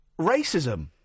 racism